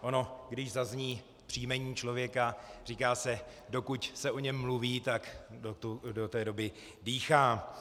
Ono když zazní příjmení člověka říká se: dokud se o něm mluví, tak do té doby dýchá.